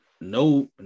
no